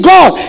God